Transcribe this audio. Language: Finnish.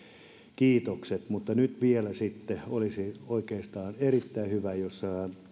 kiitokset mutta nyt olisi vielä oikeastaan erittäin hyvä jos